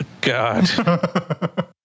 God